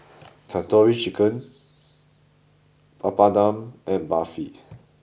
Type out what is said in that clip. Tandoori Chicken Papadum and Barfi